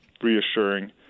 reassuring